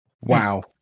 Wow